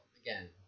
again